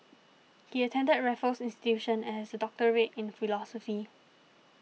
he attended Raffles Institution and has a doctorate in philosophy